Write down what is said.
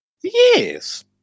Yes